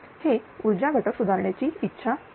हे ऊर्जा घटक सुधारण्याची इच्छा आहे